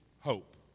hope